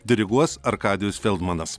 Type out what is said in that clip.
diriguos arkadijus feldmanas